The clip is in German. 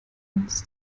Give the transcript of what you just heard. uns